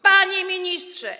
Panie Ministrze!